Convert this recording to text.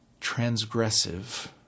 transgressive